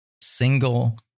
single